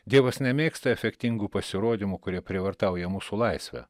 dievas nemėgsta efektingų pasirodymų kurie prievartauja mūsų laisvę